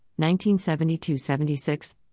1972-76